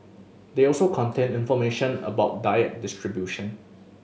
they also contain information about diet distribution